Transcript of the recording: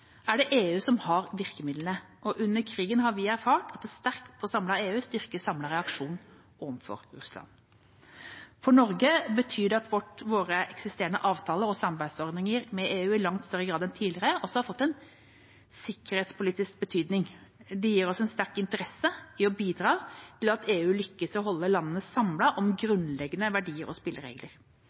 er det EU som har virkemidlene. Under krigen har vi erfart at et sterkt og samlet EU styrker samlet reaksjon overfor Russland. For Norge betyr det at våre eksisterende avtaler og samarbeidsordninger med EU i langt større grad enn tidligere har fått en sikkerhetspolitisk betydning. Det gir oss en sterk interesse i å bidra til at EU lykkes i å holde landene samlet om grunnleggende verdier og spilleregler,